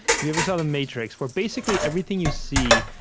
if you ever saw the matrix, where basically, everything you see,